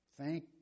Thank